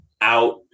out